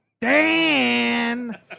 Dan